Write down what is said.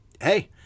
hey